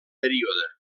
període